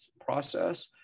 process